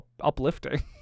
uplifting